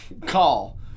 Call